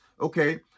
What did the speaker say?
Okay